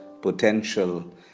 potential